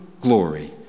glory